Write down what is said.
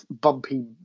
bumpy